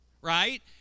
right